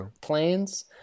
planes